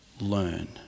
learn